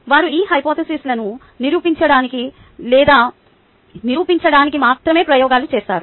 వారు ఈ హైపొథేసిస్లను నిరూపించడానికి లేదా నిరూపించడానికి మాత్రమే ప్రయోగాలు చేస్తారు